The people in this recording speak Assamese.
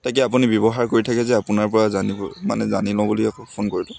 তাকে আপুনি ব্যৱহাৰ কৰি থাকে যে আপোনাৰ পৰা জানিব মানে জানি লওঁ বুলি আকৌ ফোন কৰিলোঁ